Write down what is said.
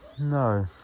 No